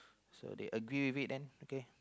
so they agree with it then okay